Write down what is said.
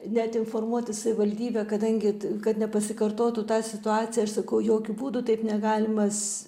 net informuoti savivaldybę kadangi t kad nepasikartotų ta situacija aš sakau jokiu būdu taip negalimas